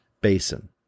Basin